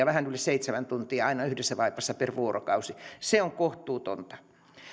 vähän yli seitsemän tuntia yhdessä vaipassa per vuorokausi se on kohtuutonta